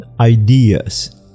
ideas